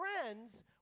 friends